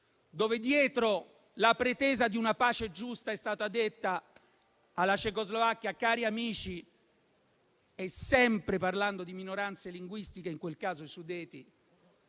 dove dietro la pretesa di una pace giusta è stato detto alla Cecoslovacchia, sempre parlando di minoranze linguistiche (in quel caso i Sudeti),